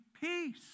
peace